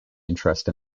interest